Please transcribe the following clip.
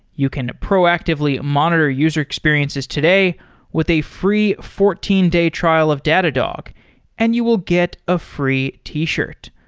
you can proactively monitor user experiences today with a free fourteen day trial of datadog and you will get a free t-shirt.